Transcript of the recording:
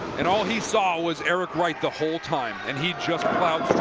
and all he saw was eric right the whole time and he just plowed